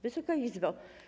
Wysoka Izbo!